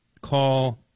call